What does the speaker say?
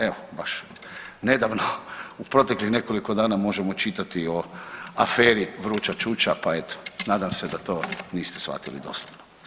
Evo, baš nedavno u proteklih nekoliko dana možemo čitati o aferi Vruća čuča, pa eto, nadam se da to niste shvatili doslovno.